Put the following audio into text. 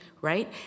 right